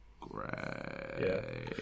Great